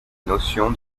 notion